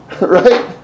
Right